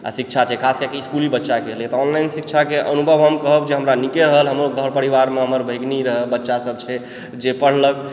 आ शिक्षा छै खास कएकऽ इस्कूली बच्चाके लिए तऽ ऑनलाइन शिक्षाके अनुभव हम कहब जे हमरा नीके रहल हमर घर परिवारमे हमर भगिनी रहय बच्चासभ छै जे पढ़लक